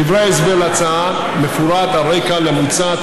בדברי ההסבר להצעה מפורט הרקע למוצע.